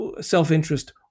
self-interest